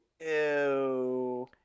Ew